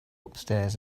upstairs